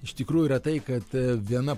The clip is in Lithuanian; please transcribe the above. iš tikrųjų yra tai kad viena